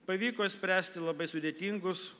pavyko išspręsti labai sudėtingus